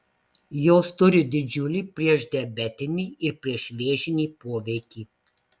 jos turi didžiulį priešdiabetinį ir priešvėžinį poveikį